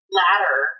ladder